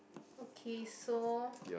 okay so